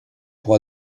pour